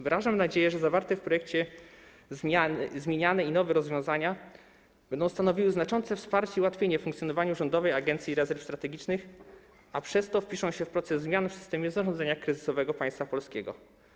Wyrażam nadzieję, że zawarte w projekcie zmiany i nowe rozwiązania będą stanowiły znaczące wsparcie i ułatwienie w funkcjonowaniu Rządowej Agencji Rezerw Strategicznych, a przez to wpiszą się w proces zmian w systemie zarządzania kryzysowego państwa polskiego.